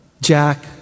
Jack